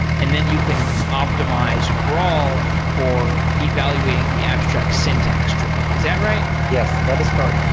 and then you can optimize graal for evaluating the abstract syntax tree. is that right? yes, that is correct.